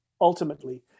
ultimately